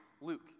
Luke